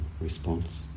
response